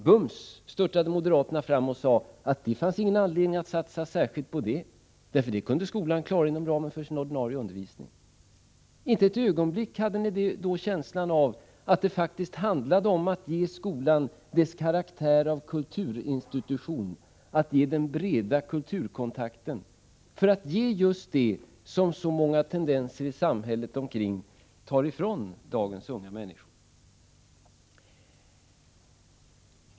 Bums störtade moderaterna fram och sade: Det finns ingen anledning att satsa särskilt på detta. Det kan skolan klara inom ramen för sin ordinarie undervisning. Inte ett ögonblick hade ni då känslan av att det faktiskt handlade om att ge skolan dess karaktär av kulturinstitution, att ge den breda kulturkontakten, att ge just det som så många tendenser i samhället omkring tar ifrån dagens unga människor.